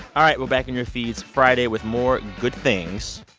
all right, we're back in your feeds friday with more good things.